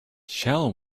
shall